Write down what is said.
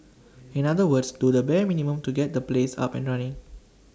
in other words do the bare minimum to get the place up and running